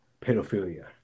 pedophilia